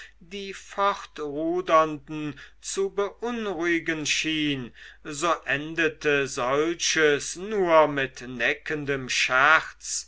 die fortrudernden zu beunruhigen schien so endete solches nur mit neckendem